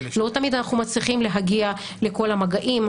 לא תמיד אנחנו מצליחים להגיע לכל המגעים.